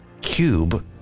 cube